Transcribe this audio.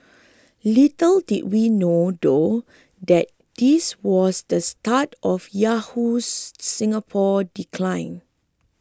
little did we know though that this was the start of Yahoo Singapore decline